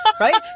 Right